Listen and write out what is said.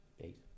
eight